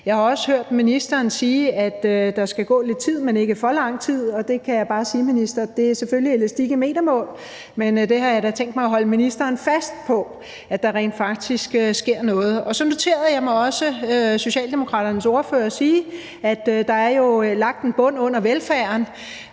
Jeg har også hørt ministeren sige, at der skal gå lidt tid, men ikke for lang tid. Der kan jeg bare sige til ministeren, at det selvfølgelig er elastik i metermål, men jeg har da tænkt mig at holde ministeren fast på, at der rent faktisk skal ske noget. Så noterede jeg mig også, at Socialdemokratiets ordfører sagde, at der er lagt en bund under velfærden,